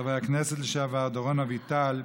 וחבר הכנסת לשעבר דורון אביטל,